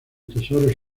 tesoros